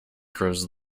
grows